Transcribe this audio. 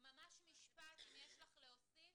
ממש משפט אם יש לך להוסיף,